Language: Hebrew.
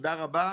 תודה רבה.